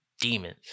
demons